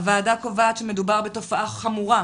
הוועדה קובעת שמדובר בתופעה חמורה,